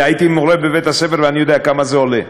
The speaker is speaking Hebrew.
והייתי מורה בבית-ספר ואני יודע כמה זה עולה,